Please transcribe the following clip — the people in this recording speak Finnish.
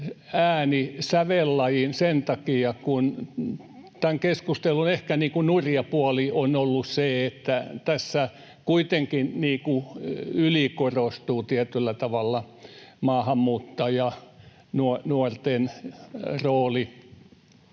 äänisävellajin sen takia, kun tämän keskustelun ehkä nurja puoli on ollut se, että tässä kuitenkin ylikorostuu tietyllä tavalla maahanmuuttajanuorten rooli.